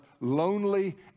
lonely